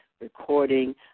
recording